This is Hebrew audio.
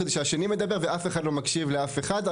כדי שהשני מדבר ואף אחד לא מקשיב לאף אחד,